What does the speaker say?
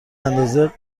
اندازه